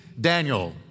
Daniel